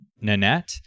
Nanette